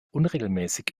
unregelmäßig